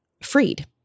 freed